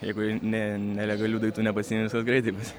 jeigu ne nelegalių daiktų nepasiimi viskas greitai bus